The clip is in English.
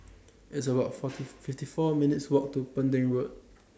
It's about forty fifty four minutes' Walk to Pending Road